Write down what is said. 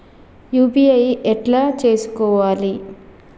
UPI ఎట్లా చేసుకోవాలి?